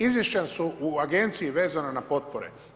Izvješća su u agenciji vezana na potpore.